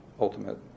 ultimate